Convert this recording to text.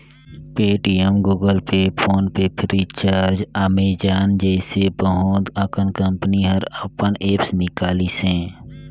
Paytm, Google Pay, PhonePe Freecharge, Amazon जइसे बहुत अकन कंपनी हर अपन ऐप्स निकालिसे